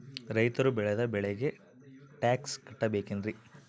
ರೈತರು ಬೆಳೆದ ಬೆಳೆಗೆ ಟ್ಯಾಕ್ಸ್ ಕಟ್ಟಬೇಕೆನ್ರಿ?